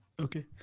okay.